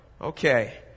Okay